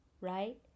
right